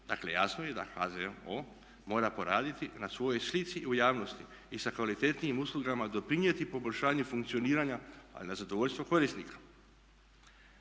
Dakle, jasno je da HZMO mora poraditi na svojoj slici u javnosti i sa kvalitetnijim uslugama doprinijeti poboljšanju funkcioniranja a na zadovoljstvo korisnika.